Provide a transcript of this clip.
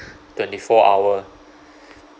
twenty-four-hour